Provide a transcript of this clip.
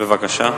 בבקשה.